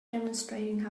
demonstrating